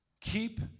Keep